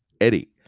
Eddie